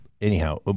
anyhow